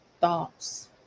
thoughts